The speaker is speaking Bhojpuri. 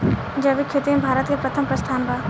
जैविक खेती में भारत के प्रथम स्थान बा